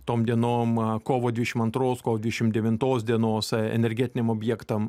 tom dienom kovo dvidešim antros kovo dvidešim devintos dienos energetiniam objektam